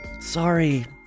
Sorry